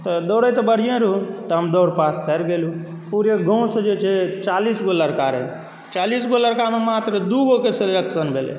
तऽ दौड़ैत तऽ बढ़िएँ रहहुँ तऽ हम दौड़ पास करि गेलहुँ पूरे गाँव से जे छै चालीसगो लड़का रहै चालीसगो लड़कामे मात्र दूगोके सिलेक्शन भेलै